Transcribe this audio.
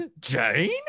Jane